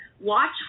Watch